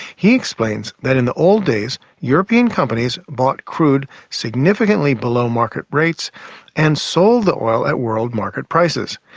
he explains that in the old days european companies bought crude significantly below market rates and sold the oil at world market prices.